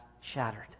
shattered